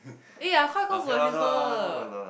eh I'm quite close to my sister